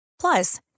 Plus